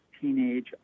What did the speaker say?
teenage